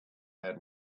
had